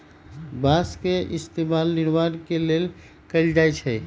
बास के इस्तेमाल निर्माण के लेल कएल जाई छई